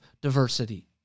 diversity